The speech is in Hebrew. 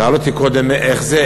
שאל אותי קודם: איך זה,